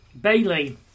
Bailey